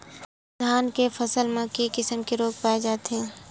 धान के फसल म के किसम के रोग पाय जाथे?